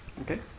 Okay